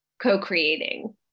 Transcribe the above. co-creating